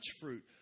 fruit